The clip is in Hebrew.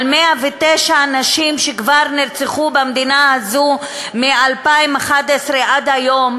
על 109 נשים שכבר נרצחו במדינה הזאת מ-2011 ועד היום,